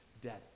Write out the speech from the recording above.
Death